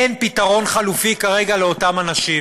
אין פתרון חלופי כרגע לאותם אנשים.